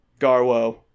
Garwo